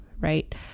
right